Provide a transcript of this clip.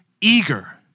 eager